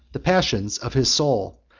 the passions of his soul,